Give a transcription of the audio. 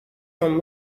from